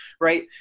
right